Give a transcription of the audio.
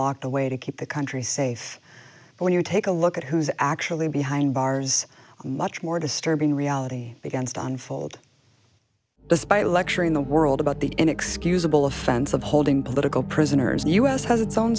locked away to keep the country safe when you take a look at who's actually behind bars much more disturbing reality against unfold despite lecturing the world about the inexcusable offense of holding political prisoners the us has its own